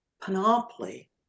panoply